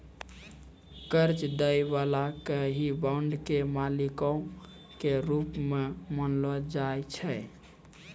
कर्जा दै बाला के ही बांड के मालिको के रूप मे जानलो जाय छै